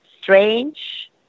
strange